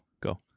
Go